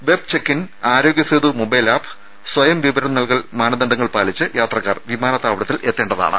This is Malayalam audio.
web check in Aarogya Setu mobile app സ്വയം വിവരം നൽകൽ മാനദണ്ഡങ്ങൾ പാലിച്ച് യാത്രക്കാർ വിമാനത്താവളത്തിൽ എത്തേണ്ടതാണ്